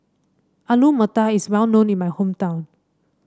Alu Matar is well known in my hometown